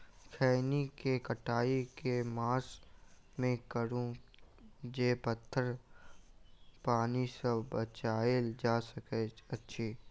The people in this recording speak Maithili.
खैनी केँ कटाई केँ मास मे करू जे पथर पानि सँ बचाएल जा सकय अछि?